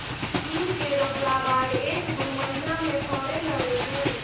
सीम केँ रोपला बाद एक दु महीना मे फरय लगय छै